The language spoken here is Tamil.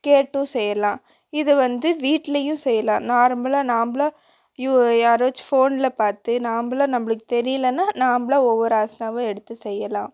கேட்டும் செய்யலாம் இது வந்து வீட்லேயும் செய்யலாம் நார்மலாக நாம்பலா யூ யாராச்சும் ஃபோனில் பார்த்து நாம்ளும் நம்மளுக்கு தெரியலன்னா நாம்பலா ஒவ்வொரு ஆசனாவா எடுத்து செய்யலாம்